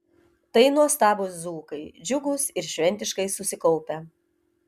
tai nuostabūs dzūkai džiugūs ir šventiškai susikaupę